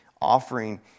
offering